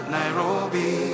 Nairobi